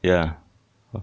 ya